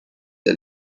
der